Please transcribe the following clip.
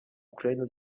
украина